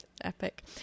epic